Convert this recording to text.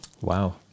Wow